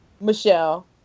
Michelle